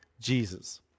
Jesus